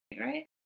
right